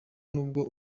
nubwo